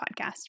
podcast